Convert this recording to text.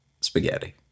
spaghetti